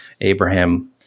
Abraham